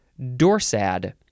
dorsad